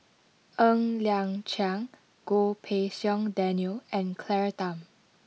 Ng Liang Chiang Goh Pei Siong Daniel and Claire Tham